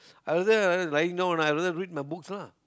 are there right now ah I just read my books lah